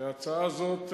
הצעה זאת,